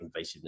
invasiveness